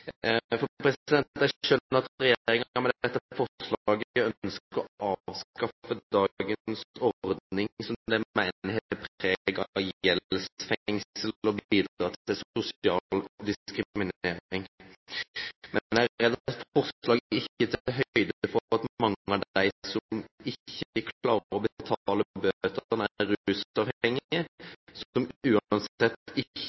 Jeg skjønner at regjeringen med dette forslaget ønsker å avskaffe dagens ordning, som de mener har preg av gjeldsfengsel og bidrar til sosial diskriminering. Men jeg er redd forslaget ikke tar høyde for at mange av dem som ikke klarer å betale bøtene, er rusavhengige, som uansett ikke